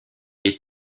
est